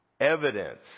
evidence